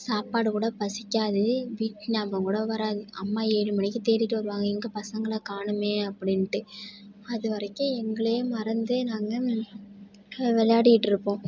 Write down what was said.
சாப்பாடு கூட பசிக்காது வீட்டு ஞாபகம் கூட வராது அம்மா ஏழு மணிக்கு தேடிகிட்டு வருவாங்க எங்கே பசங்களை காணுமே அப்படின்ட்டு அது வரைக்கும் எங்களையே மறந்து நாங்கள் விளையாடிட்டு இருப்போம்